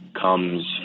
comes